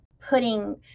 putting